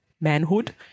manhood